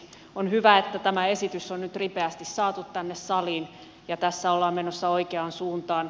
on hyvä että tämä esitys on nyt ripeästi saatu tänne saliin ja tässä ollaan menossa oikeaan suuntaan